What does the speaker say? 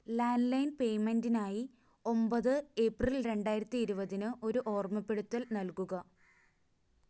landline പേയ്മെൻറിനായി ഒമ്പത് April രണ്ടായിരത്തി ഇരുപതിന് ഒരു ഓർമ്മപ്പെടുത്തൽ നൽകുക